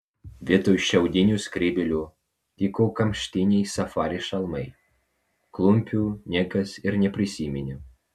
vietoj šiaudinių skrybėlių tiko kamštiniai safari šalmai klumpių niekas ir neprisiminė